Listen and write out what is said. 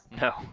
no